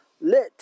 lit